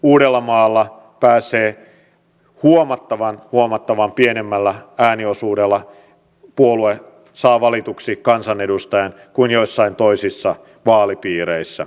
uudellamaalla puolue saa huomattavasti huomattavasti pienemmällä ääniosuudella valituksi kansanedustajan kuin joissain toisissa vaalipiireissä